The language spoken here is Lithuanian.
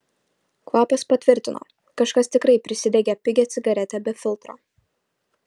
kvapas patvirtino kažkas tikrai prisidegė pigią cigaretę be filtro